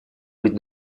быть